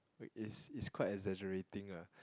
it's it's quite exaggerating lah